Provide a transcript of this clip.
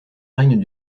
règne